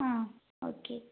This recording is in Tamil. ஆ ஓகே